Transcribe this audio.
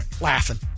Laughing